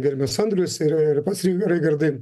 garbius andrius ir ir pas rin raigardai